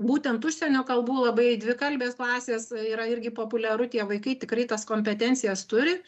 būtent užsienio kalbų labai dvikalbės klasės yra irgi populiaru tie vaikai tikrai tas kompetencijas turi